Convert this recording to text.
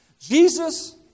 Jesus